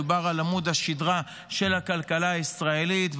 מדובר על עמוד השדרה של הכלכלה הישראלית,